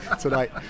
tonight